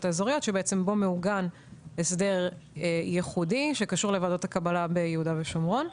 האזוריות שבו מעוגן הסדר ייחודי שקשור לוועדות הקבלה ביהודה ושומרון.